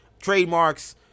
trademarks